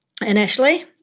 initially